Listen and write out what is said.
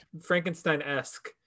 frankenstein-esque